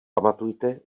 pamatujte